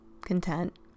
content